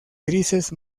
grises